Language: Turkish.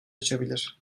açabilir